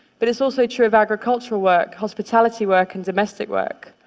but it's also true of agricultural work, hospitality work and domestic work.